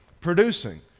producing